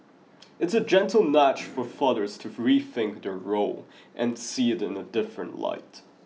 it's a gentle nudge for fathers to rethink their role and see it in a different light